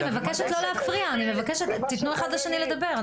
אני מבקשת תתנו אחד לשני לדבר.